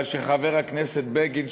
בשביל שחבר הכנסת בגין,